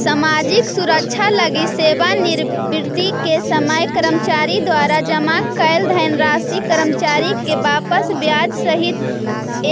सामाजिक सुरक्षा लगी सेवानिवृत्ति के समय कर्मचारी द्वारा जमा कैल धनराशि कर्मचारी के वापस ब्याज सहित